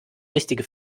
richtige